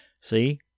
see